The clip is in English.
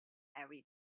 every